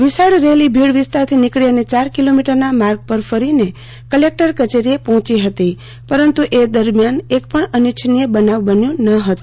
વિશાળ રેલી ભીડ વિસ્તારથી નીકળી અને ચાર કિલોમીટરના માર્ગ પર ફરીને કલેકટર કયેરીએ પર્હોંચી પરંતુ એ દરમ્યાન એક પણ અનિચ્છનીય બનાવ બન્યો ન હતો